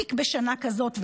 מספיק בשנה כזאת,